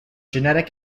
genetic